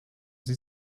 sie